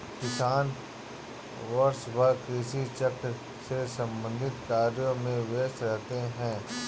किसान वर्षभर कृषि चक्र से संबंधित कार्यों में व्यस्त रहते हैं